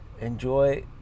enjoy